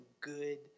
good